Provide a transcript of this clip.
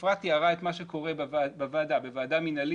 אפרת תיארה את מה שקורה בוועדה מנהלית,